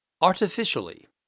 Artificially